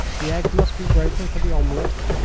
the egg must be broken for the omelette.